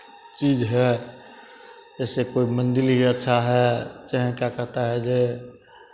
चीज़ है जैसे कोई मंदिर ही अच्छा है चाहे क्या कहता है जे